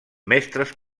mestres